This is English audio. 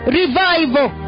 revival